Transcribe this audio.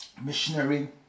missionary